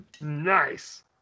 Nice